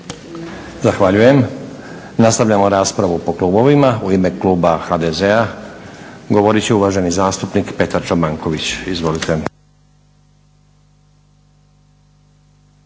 Zahvaljujem. Nastavljamo raspravu po klubovima. U ime kluba HDZ-a govorit će uvaženi zastupnik Petar Čobanković. Izvolite.